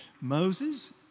Moses